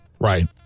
Right